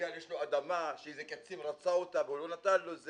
בגלל שיש לו אדמה שאיזה קצין רצה אותה והוא לא נתן לו.